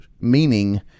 meaning